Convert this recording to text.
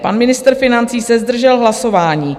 Pan ministr financí se zdržel hlasování.